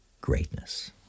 greatness